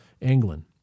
England